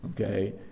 okay